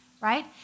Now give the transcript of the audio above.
right